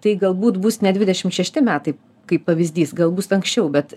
tai galbūt bus ne dvidešim šešti metai kaip pavyzdys gal bus anksčiau bet